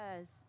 yes